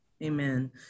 Amen